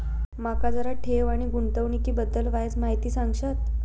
माका जरा ठेव आणि गुंतवणूकी बद्दल वायचं माहिती सांगशात?